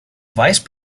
vice